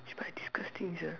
cheebye disgusting sia